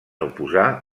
oposar